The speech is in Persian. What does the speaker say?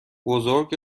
بزرگ